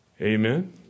Amen